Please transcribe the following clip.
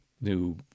new